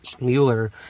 Mueller